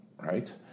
Right